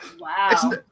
Wow